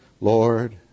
Lord